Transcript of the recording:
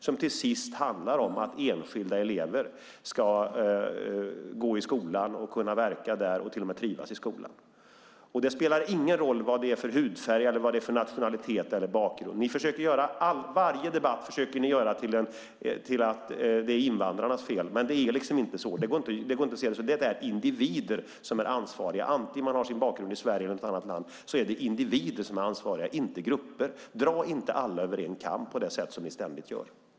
I slutändan handlar det om att enskilda elever ska gå i skolan, kunna verka och till och med trivas där. Det spelar ingen roll vad man har för hudfärg, nationalitet eller bakgrund. I varje debatt försöker ni få det till att det är invandrarnas fel, men det är inte så. Det är individer som är ansvariga. Antingen man har sin bakgrund i Sverige eller i något annat land är det individer som är ansvariga, inte grupper. Dra inte alla över en kam på det sätt som ni ständigt gör!